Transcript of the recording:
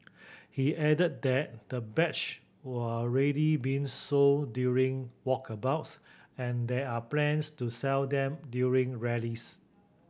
he added that the badge are already being sold during walkabouts and there are plans to sell them during rallies